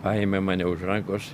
paėmė mane už rankos